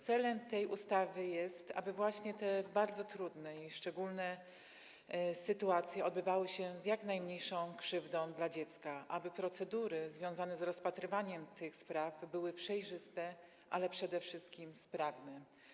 Celem tej ustawy jest to, aby właśnie postępowania w tych bardzo trudnych i szczególnych sytuacjach odbywały się z jak najmniejszą krzywdą dla dziecka, aby procedury związane z rozpatrywaniem tych spraw były przejrzyste, ale przede wszystkim sprawne.